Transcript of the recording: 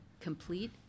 complete